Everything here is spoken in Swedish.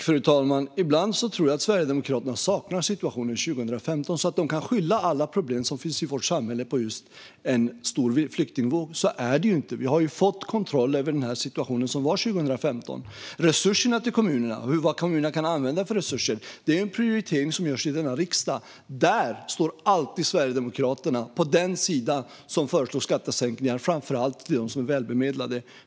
Fru talman! Ibland tror jag att Sverigedemokraterna saknar situationen 2015, då de kunde skylla alla problem i vårt samhälle på en stor flyktingvåg. Så är det inte nu. Vi har fått kontroll över den situation som rådde 2015. Resurserna till kommunerna är en prioritering som görs i denna riksdag. Där står alltid Sverigedemokraterna på den sida som föreslår skattesänkningar, framför allt för de välbemedlade.